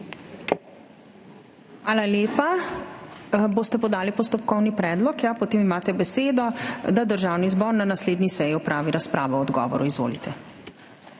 Hvala lepa. Boste podali postopkovni predlog? Ja. Imate besedo, da Državni zbor na naslednji seji opravi razpravo o odgovoru. Izvolite.